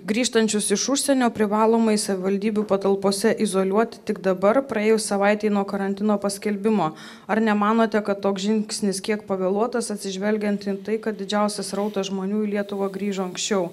grįžtančius iš užsienio privalomai savivaldybių patalpose izoliuoti tik dabar praėjus savaitei nuo karantino paskelbimo ar nemanote kad toks žingsnis kiek pavėluotas atsižvelgiant į tai kad didžiausias srautas žmonių į lietuvą grįžo anksčiau